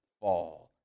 fall